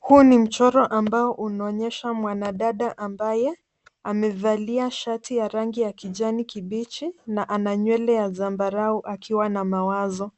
Huu ni mchoro ambao unaonyesha mwanadada ambaye amevalia shati ya rangi ya kijani kibichi, na ana nywele ya zambarau, akiwa na mawazo.